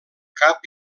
cap